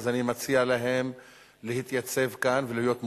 אני מציע להם להתייצב כאן ולהיות מוכנים.